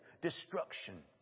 destruction